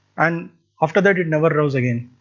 and after that it never rose again.